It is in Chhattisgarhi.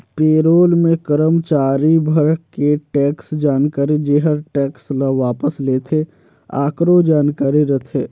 पे रोल मे करमाचारी भर के टेक्स जानकारी जेहर टेक्स ल वापस लेथे आकरो जानकारी रथे